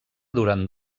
durant